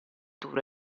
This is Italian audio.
tour